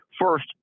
First